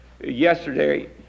yesterday